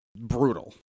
Brutal